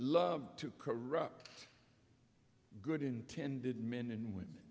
love to corrupt good intended men and women